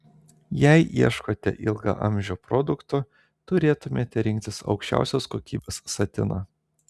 jei ieškote ilgaamžio produkto turėtumėte rinktis aukščiausios kokybės satiną